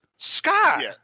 Scott